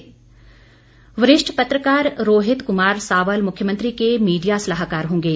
media वरिष्ठ पत्रकार रोहित कुमार सावल मुख्यमंत्री के मीडिया सलाहकार होंगे